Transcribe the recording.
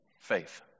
faith